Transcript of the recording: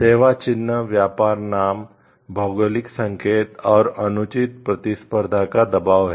सेवा चिह्न व्यापार नाम भौगोलिक संकेत और अनुचित प्रतिस्पर्धा का दबाव है